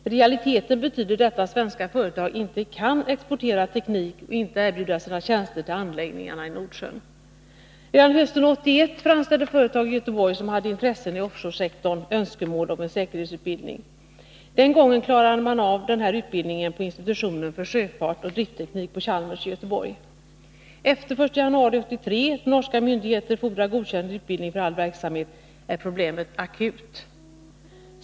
I realiteten betyder detta att svenska företag inte kan exportera teknik och inte kan erbjuda sina tjänster till anläggningarna i Nordsjön. Redan hösten 1981 framställde företag i Göteborg, som hade intressen i offshore-sektorn, önskemål om säkerhetsutbildning. Den gången klarade man av den här utbildningen på institutionen för sjöfart och driftteknik på Chalmers i Göteborg. fr.o.m. den 1 januari 1983 fordrar de norska myndigheterna godkänd utbildning för all verksamhet, och då är problemet akut.